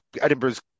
Edinburgh's